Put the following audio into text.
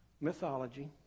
mythology